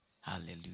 Hallelujah